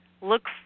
look